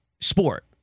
sport